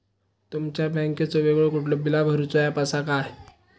तुमच्या बँकेचो वेगळो कुठलो बिला भरूचो ऍप असा काय?